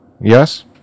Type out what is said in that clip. Yes